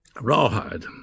Rawhide